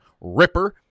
ripper